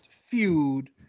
feud